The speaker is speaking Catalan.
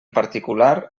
particular